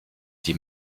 die